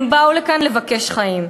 הם באו לכאן לבקש חיים.